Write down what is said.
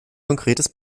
konkretes